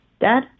Dad